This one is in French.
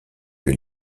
que